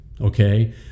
okay